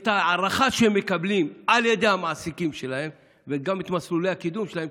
את ההערכה שהם מקבלים על ידי המעסיקים שלהם וגם את מסלולי הקידום שלהם,